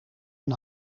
een